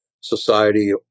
society